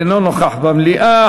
אינו נוכח במליאה.